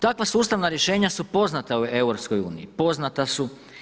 Takva sustavna rješenja su poznata u EU, poznata su.